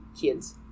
kids